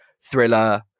thriller